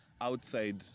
outside